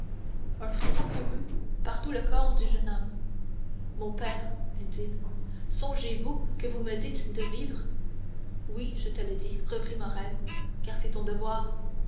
un frisson courut par tout le corps du jeune homme mon père dit-il songez-vous que vous me dites de vivre oui je te le dis reprit morrel car c'est ton devoir